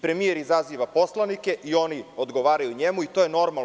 Premijer izaziva poslanike i oni odgovaraju njemu i to je normalno.